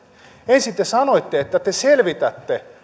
ensin te sanoitte että te selvitätte